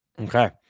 Okay